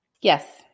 Yes